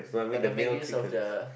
gonna make use of the